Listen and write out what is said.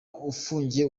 ufungiye